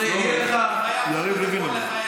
זה לא אתה.